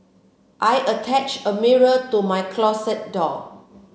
I attached a mirror to my closet door